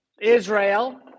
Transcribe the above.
Israel